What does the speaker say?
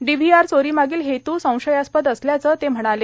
DVR चोरीमागील हेतू संशयास्पद असल्याचं ते म्हणाले